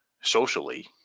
socially